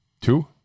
Two